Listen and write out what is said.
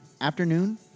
afternoon